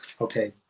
okay